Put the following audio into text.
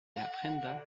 aprenda